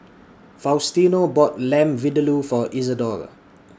Faustino bought Lamb Vindaloo For Isadore